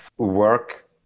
work